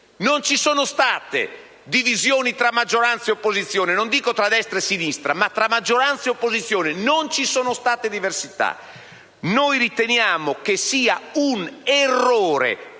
Non ci sono state divisioni tra maggioranza e opposizione, non dico tra destra e sinistra, ma - ripeto - tra maggioranza e opposizione. Non ci sono state diversità. Noi riteniamo che sia un errore